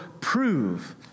prove